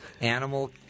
animal